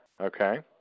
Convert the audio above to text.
Okay